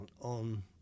on